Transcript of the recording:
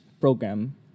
program